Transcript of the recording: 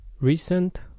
recent